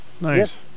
Nice